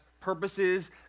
purposes